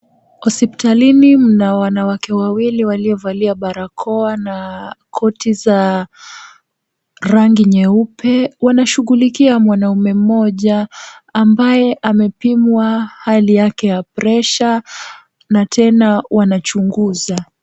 Hospitalini mna wanawake wawili, waliovalia barakoa na koti za rangi nyeupe. Wanashughulikia mwanaume mmoja, ambaye amepimwa hali yake ya presha, na tena wanachunguza.